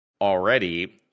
already